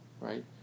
right